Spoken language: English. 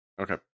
Okay